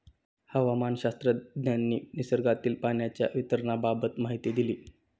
हवामानशास्त्रज्ञांनी निसर्गातील पाण्याच्या वितरणाबाबत माहिती दिली